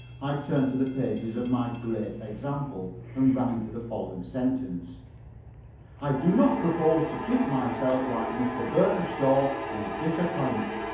i turned to the pages of my great example, and ran into the following sentence i do not propose to treat myself like mr. bernard shaw in this account.